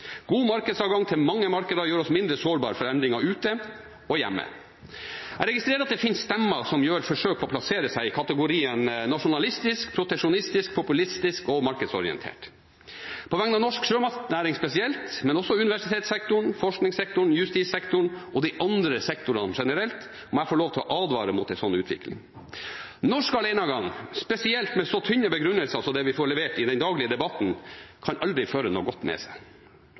God markedsadgang til mange markeder gjør oss mindre sårbare for endringer ute og hjemme. Jeg registrerer at det finnes stemmer som gjør forsøk på å plassere seg i kategorien nasjonalistisk, proteksjonistisk, populistisk og markedsorientert. På vegne av norsk sjømatnæring spesielt, men også universitetssektoren, forskningssektoren, justissektoren og de andre sektorene generelt, må jeg få lov til å advare mot en slik utvikling. Norsk alenegang, spesielt med så tynne begrunnelser som det vi får levert i den daglige debatten, kan aldri føre noe godt med seg.